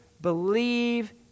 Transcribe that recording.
believe